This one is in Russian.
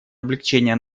облегчения